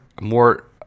more